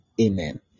Amen